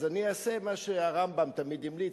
אז אני אעשה מה שהרמב"ם תמיד המליץ,